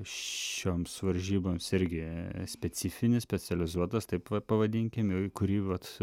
šioms varžyboms irgi specifinis specializuotas taip va pavadinkim kurį vat